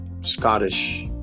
Scottish